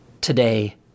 today